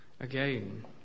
again